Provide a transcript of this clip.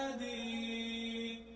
the